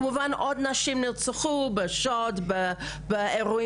כמובן, עוד נשים נרצחו בשוד ובאירועים פליליים.